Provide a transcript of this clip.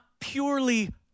purely